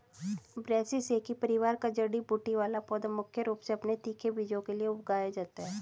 ब्रैसिसेकी परिवार का जड़ी बूटी वाला पौधा मुख्य रूप से अपने तीखे बीजों के लिए उगाया जाता है